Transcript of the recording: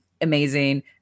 amazing